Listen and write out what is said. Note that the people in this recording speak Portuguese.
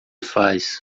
faz